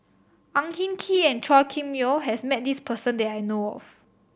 Ang Hin Kee and Chua Kim Yeow has met this person that I know of